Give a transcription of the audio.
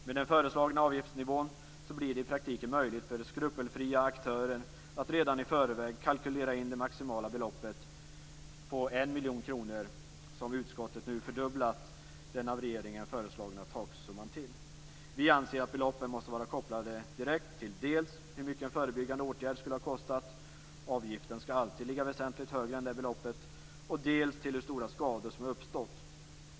Med den föreslagna avgiftsnivån blir det i praktiken möjligt för skrupelfria aktörer att redan i förväg kalkylera in det maximala beloppet på en miljon kronor, som utskottet nu fördubblat den av regeringen föreslagna taksumman till. Vi anser att beloppen måste vara direkt kopplade till dels hur mycket en förebyggande åtgärd skulle ha kostat - avgiften skall alltid ligga väsentligt högre än det beloppet - dels till hur stora skador som uppstått.